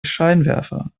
scheinwerfer